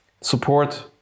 support